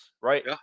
right